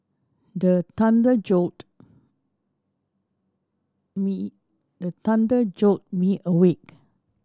the thunder jolt me the thunder jolt me awake